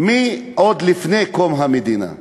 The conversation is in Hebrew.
עוד לפני קום המדינה.